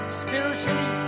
spiritually